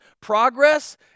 Progress